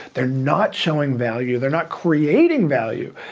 they're not showing value, they're not creating value.